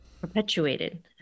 perpetuated